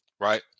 right